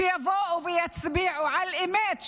שיבואו ויצביעו על-אמת,